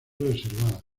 reservada